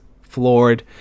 floored